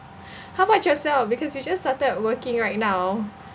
how about yourself because you just started working right now